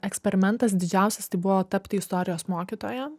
eksperimentas didžiausias tai buvo tapti istorijos mokytoja